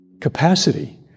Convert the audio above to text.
capacity